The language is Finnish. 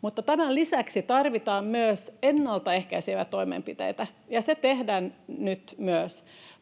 Mutta tämän lisäksi tarvitaan myös ennalta ehkäiseviä toimenpiteitä, ja niitä tehdään nyt myös.